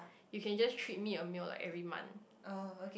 you can just treat me a meal like every month